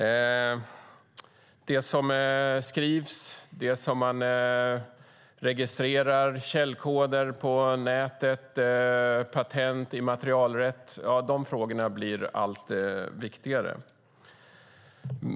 Frågorna om det som skrivs, det som registreras, källkoder på nätet, patent och immaterialrätt blir allt viktigare.